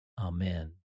amen